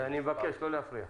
אני מבקש לא להפריע.